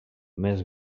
més